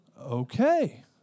Okay